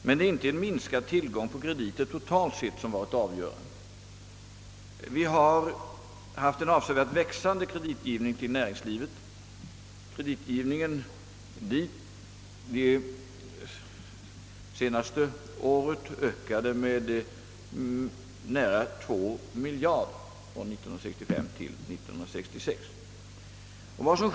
Men det är inte en minskad tillgång på krediter totalt sett som varit avgörande, Den del av kreditgivningen som gått till näringslivet har vuxit avsevärt. Den ökade under det senaste året, d. v. s. från 1965 till 1966, med nära 2 miljarder kronor.